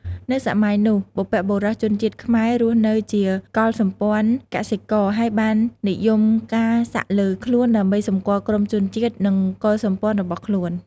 នៅសម័យនោះ បុព្វបុរសជនជាតិខ្មែររស់នៅជាកុលសម្ព័ន្ធកសិករ ហើយបាននិយមការសាក់លើខ្លួនដើម្បីសម្គាល់ក្រុមជនជាតិ និងកុលសម្ព័ន្ធរបស់ខ្លួន។